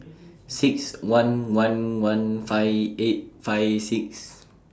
six one one one five eight five six